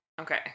Okay